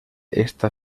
esta